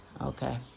Okay